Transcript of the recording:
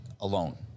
alone